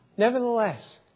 Nevertheless